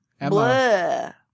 Emma